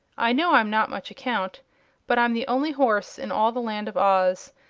i know i'm not much account but i'm the only horse in all the land of oz,